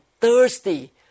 thirsty